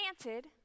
planted